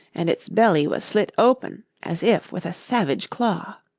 and its belly was slit open as if with a savage claw.